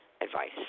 advice